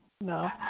No